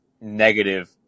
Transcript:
negative